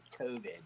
COVID